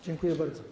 Dziękuję bardzo.